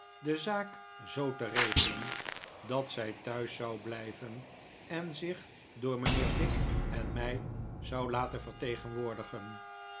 de zaak zoo te regelen dat zij thuis zou blijven en zich door mijnheer dick en mij zou laten vertegenwoordigen